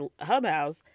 Hubhouse